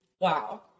Wow